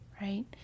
right